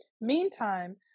Meantime